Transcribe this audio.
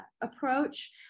approach